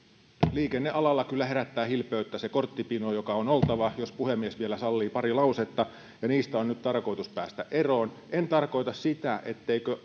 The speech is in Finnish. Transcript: liikennealalla kyllä herättää hilpeyttä se korttipino joka on oltava jos puhemies vielä sallii pari lausetta ja siitä on nyt tarkoitus päästä eroon en tarkoita sitä etteikö